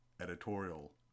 Editorial